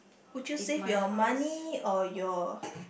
would you save your money or your